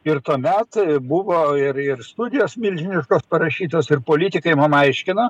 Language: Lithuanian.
ir tuomet buvo ir ir studijos milžiniškos parašytos ir politikai mum aiškino